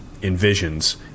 envisions